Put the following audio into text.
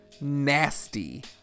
nasty